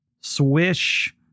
Swish